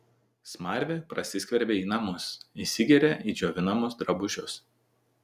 smarvė prasiskverbia į namus įsigeria į džiovinamus drabužius